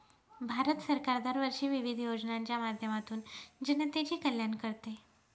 भारत सरकार दरवर्षी विविध योजनांच्या माध्यमातून जनतेचे कल्याण करते